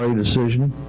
or a decision